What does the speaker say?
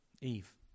Eve